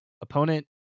opponent